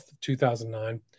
2009